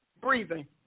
Breathing